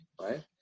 right